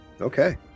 Okay